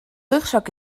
rugzak